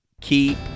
keep